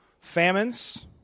Famines